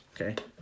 Okay